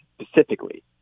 specifically